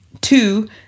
Two